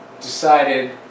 decided